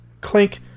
clink